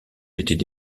étaient